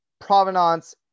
provenance